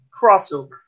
crossover